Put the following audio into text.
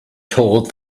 told